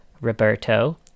Roberto